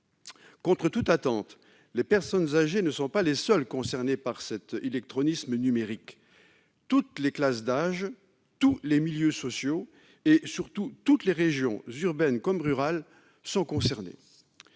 Contre toute attente, les personnes âgées ne sont pas les seules concernées par cet illectronisme numérique. Toutes les classes d'âge, tous les milieux sociaux et, surtout, toutes les régions, urbaines comme rurales, sont concernés.